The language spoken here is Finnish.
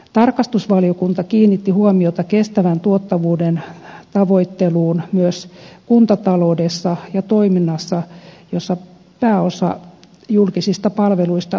tarkastusvaliokunta kiinnitti huomiota kestävän tuottavuuden tavoitteluun myös kuntataloudessa ja toiminnassa jossa pääosa julkisista palveluista tuotetaan